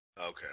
Okay